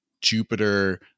Jupiter